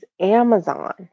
Amazon